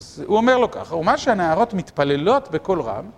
הוא אומר לו ככה, ומה שהנערות מתפללות בקול רם,